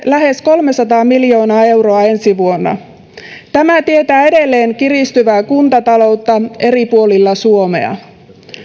lähes kolmesataa miljoonaa euroa ensi vuonna tämä tietää edelleen kiristyvää kuntataloutta eri puolilla suomea